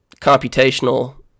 computational